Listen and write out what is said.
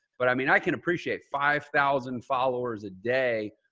but i mean, i can appreciate five thousand followers a day,